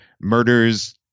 murders